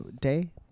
day